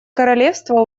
королевство